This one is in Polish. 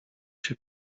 się